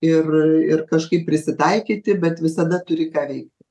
ir ir kažkaip prisitaikyti bet visada turi ką veikti